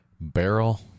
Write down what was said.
Barrel